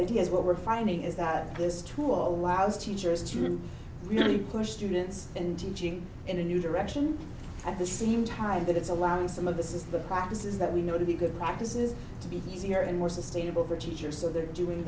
idea is what we're finding is that this tool allows teachers to really push students and teaching in a new direction at the same time that it's allowing some of this is the practices that we know to be good practices to be easier and more sustainable for teachers so they're doing